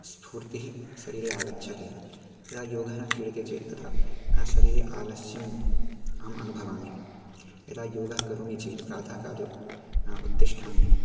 स्फूर्तिः शरीरे आगच्छति यदा योगः क्रीडते चेत् तदा शरीरे आलस्यम् अहम् अनुभवामि यदा योगः करोमि चेत् प्रातःकाले उत्तिष्ठामि